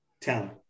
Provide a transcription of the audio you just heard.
Talent